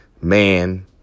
man